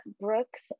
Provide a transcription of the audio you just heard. Brooks